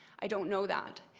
i don't know that.